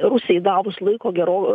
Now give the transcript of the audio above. rusijai davus laiko gero